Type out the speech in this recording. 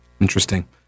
Interesting